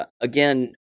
again